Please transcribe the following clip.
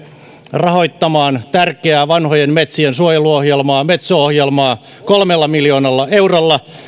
rahoittamaan tärkeää vanhojen metsien suojeluohjelmaa metso ohjelmaa kolmella miljoonalla eurolla